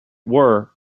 were